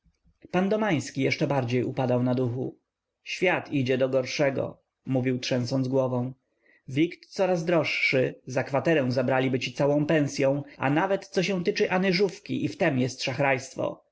pan domański jeszcze bardziej upadał na duchu świat idzie do gorszego mówił trzęsąc głową wikt coraz droższy za kwaterę zabraliby ci całą pensyą a nawet co się tyczy anyżówki i w tem jest